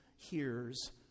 hears